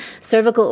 cervical